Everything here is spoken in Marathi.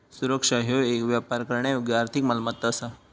सुरक्षा ह्यो येक व्यापार करण्यायोग्य आर्थिक मालमत्ता असा